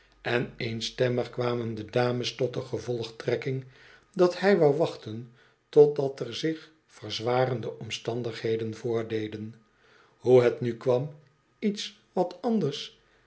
en eenstemmig kwamen de dames tot de gevolgtrekking dat hij wou wachten totdat er zich verzwarende omstandigheden voordeden hoe het nu kwam iets wat anders